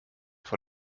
vor